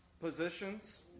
positions